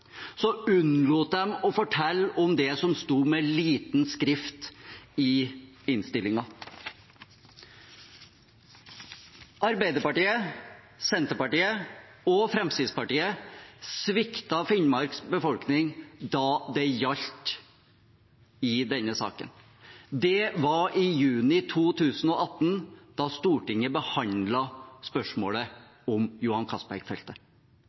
unnlot de å fortelle om det som sto med liten skrift i innstillingen. Arbeiderpartiet, Senterpartiet og Fremskrittspartiet sviktet Finnmarks befolkning da det gjaldt i denne saken. Det var i juni 2018, da Stortinget behandlet spørsmålet om Johan